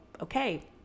okay